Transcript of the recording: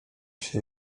się